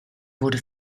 wurde